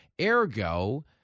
Ergo